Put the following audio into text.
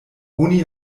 oni